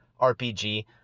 RPG